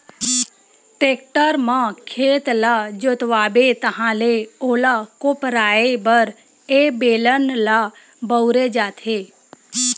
tractor म खेत ल जोतवाबे ताहाँले ओला कोपराये बर ए बेलन ल बउरे जाथे